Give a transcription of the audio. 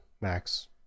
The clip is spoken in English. Max